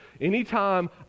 Anytime